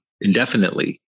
indefinitely